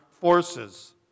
forces